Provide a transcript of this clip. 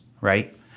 right